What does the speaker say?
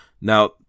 Now